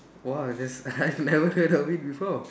!wow! that's I've never heard of it before